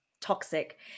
Toxic